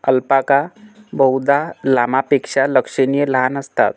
alpaca बहुधा लामापेक्षा लक्षणीय लहान असतात